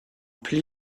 pli